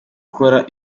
ukora